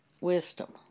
wisdom